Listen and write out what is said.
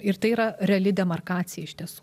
ir tai yra reali demarkacija iš tiesų